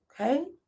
okay